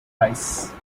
ice